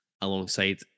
alongside